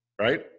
Right